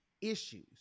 issues